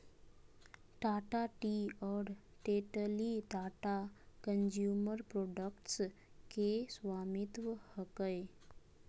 Tata tea और Tetley Tata consumer products के स्वामित्व हकय